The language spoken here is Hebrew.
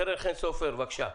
קרן חן סופר, בבקשה.